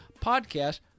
podcast